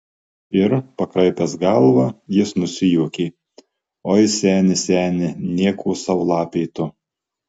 ir pakraipęs galvą jis nusijuokė oi seni seni nieko sau lapė tu